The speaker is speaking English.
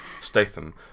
Statham